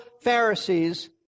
Pharisees